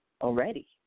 already